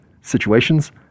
situations